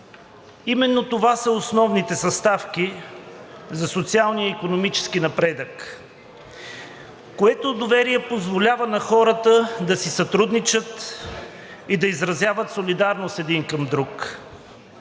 именно това са основните съставки за социалния и икономическия напредък, което доверие позволява на хората да си сътрудничат и да изразяват солидарност един към друг.